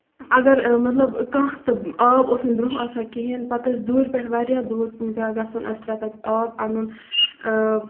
اَگر مطلب کانہہ تہِ آب اوس نہٕ برونہہ آسان کِہیٖنۍ پَتہٕ ٲسۍ دورِ پٮ۪ٹھ واریاہ دوٗر پٮ۪وان گژھُن اَسہِ تتٮ۪تھ آب اَنُن اۭں